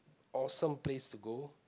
awesome place to go